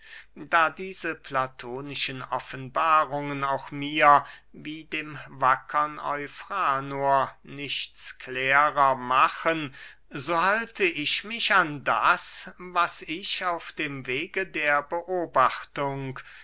da diese platonischen offenbarungen auch mir wie dem wackern eufranor nichts klärer machen so halte ich mich an das was ich auf dem wege der beobachtung